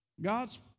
God's